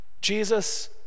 Jesus